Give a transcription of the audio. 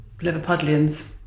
Liverpudlians